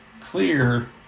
clear